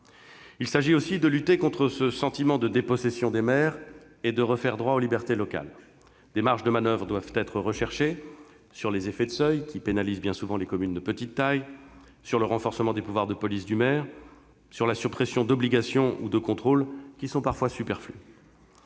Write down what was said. Il s'agit aussi de lutter contre ce sentiment de dépossession des maires et de refaire droit aux libertés locales. Des marges de manoeuvre doivent être recherchées, sur les effets de seuil qui pénalisent les communes de petite taille, sur le renforcement des pouvoirs de police du maire et sur la suppression d'obligations ou de contrôles qui sont parfois superflus.